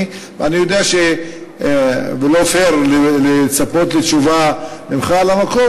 אני יודע שלא פייר לצפות לתשובה ממך על המקום,